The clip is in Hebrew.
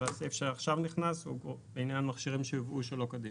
והסעיף שעכשיו נכנס הוא בעניין מכשירים שיובאו שלא כדין.